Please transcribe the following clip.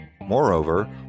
Moreover